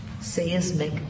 seismic